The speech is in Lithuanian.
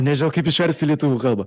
nežinau kaip išverst į lietuvių kalbą